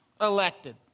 elected